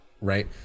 right